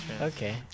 Okay